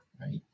right